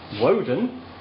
Woden